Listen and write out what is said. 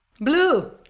Blue